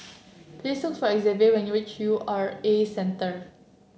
please look for Xzavier when you reach U R A Centre